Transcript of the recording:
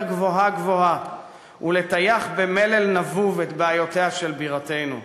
גבוהה-גבוהה ולטייח במלל נבוב את בעיותיה של בירתנו.